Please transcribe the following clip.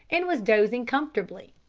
and was dozing comfortably.